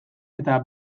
eta